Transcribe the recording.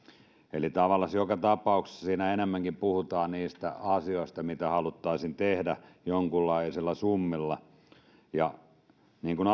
eli tavallaan joka tapauksessa siinä enemmänkin puhutaan niistä asioista mitä haluttaisiin tehdä jonkunlaisilla summilla niin kuin